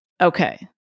Okay